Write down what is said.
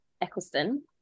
Eccleston